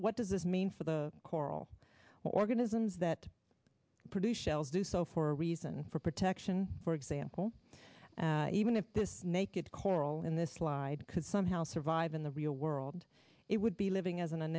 what does this mean for the coral organisms that produce shells do so for a reason for protection for example even if this naked coral in this slide could somehow survive in the real world it would be living as an an